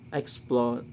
explore